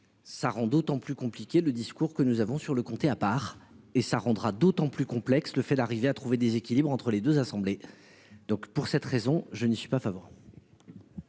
Ça rend d'autant plus compliqué le discours que nous avons sur le comté à part et ça rendra d'autant plus complexe le fait d'arriver à trouver des équilibres entre les 2 assemblées. Donc pour cette raison, je ne suis pas favoris.